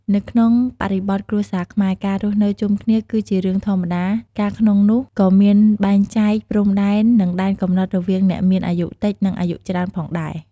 នៅក្នុងបរិបទគ្រួសារខ្មែរ ការរស់នៅជុំគ្នាគឺជារឿងធម្មតា ការក្នុងនោះក៏មានបែងចែកព្រំដែននឹងដែនកំណត់រវាងអ្នកមានអាយុតិច និង អាយុច្រើនផងដែរ។